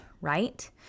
right